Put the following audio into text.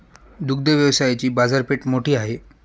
दुग्ध व्यवसायाची बाजारपेठ मोठी आहे